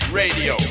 radio